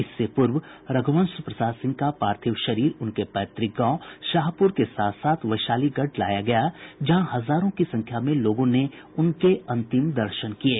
इससे पूर्व रघुवंश प्रसाद सिंह का पार्थिव शरीर उनके पैतुक गांव शाहपूर के साथ साथ वैशालीगढ़ लाया गया है जहां हजारों की संख्या में लोगों ने उनके अंतिम दर्शन किये